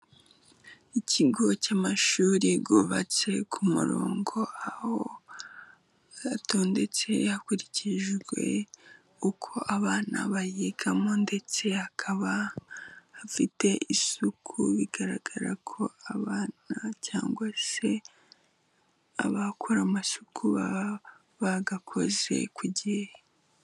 Ikigo cy'amashuri yubatse ku murongo aho atondetse hakurikijwe uko abana bayigamo, ndetse hakaba hafite isuku, bigaragara ko abana cyangwa se abakora amasuku baba bayakoze ku gihe.